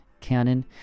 canon